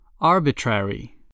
Arbitrary